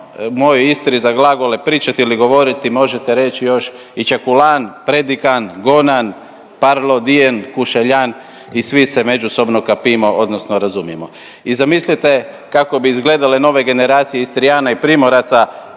mojoj Istri za glagole pričati ili govoriti možete reći još i ćekulan, predikan, gonan, parlo dien, kušeljan i svi se međusobno kapimo odnosno razumijemo. I zamislite kako bi izgledale nove generacije Istrijana i Primoraca